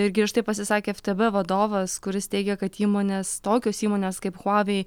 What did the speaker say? griežtai pasisakė ftb vadovas kuris teigia kad įmonės tokios įmonės kaip huawei